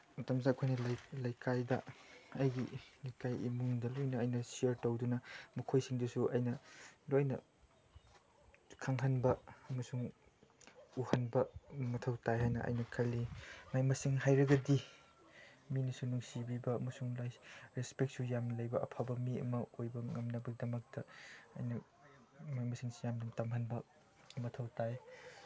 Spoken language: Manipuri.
ꯃꯇꯝꯁꯤꯗ ꯑꯩꯈꯣꯏꯅ ꯂꯩꯀꯥꯏꯗ ꯑꯩꯒꯤ ꯂꯩꯀꯥꯏ ꯏꯃꯨꯡꯗ ꯂꯣꯏꯅ ꯑꯩꯅ ꯁꯤꯌꯔ ꯇꯧꯗꯨꯅ ꯃꯈꯣꯏꯁꯤꯡꯗꯨꯁꯨ ꯑꯩꯅ ꯂꯣꯏꯅ ꯈꯪꯍꯟꯕ ꯑꯃꯁꯨꯡ ꯎꯍꯟꯕ ꯃꯊꯧ ꯇꯥꯏ ꯍꯥꯏꯅ ꯑꯩꯅ ꯈꯜꯂꯤ ꯃꯍꯩ ꯃꯁꯤꯡ ꯍꯩꯔꯒꯗꯤ ꯃꯤꯅꯁꯨ ꯅꯨꯡꯁꯤꯕꯤꯕ ꯑꯃꯁꯨꯡ ꯔꯦꯁꯄꯦꯛꯁꯨ ꯌꯥꯝꯅ ꯂꯩꯕ ꯑꯐꯕ ꯃꯤ ꯑꯃ ꯑꯣꯏꯕ ꯉꯝꯅꯕꯒꯤꯗꯃꯛꯇ ꯑꯩꯅ ꯃꯍꯩ ꯃꯁꯤꯡꯁꯤ ꯌꯥꯝꯅ ꯇꯝꯍꯟꯕ ꯃꯊꯧ ꯇꯥꯏ